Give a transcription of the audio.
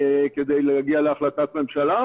כדי להגיע להחלטת ממשלה.